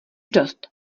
dost